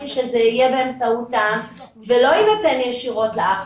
שזה יהיה באמצעותם ולא יינתן ישירות לאח.